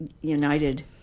United